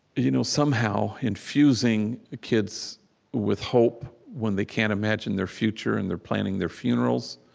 you know somehow infusing kids with hope when they can't imagine their future, and they're planning their funerals.